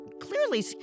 clearly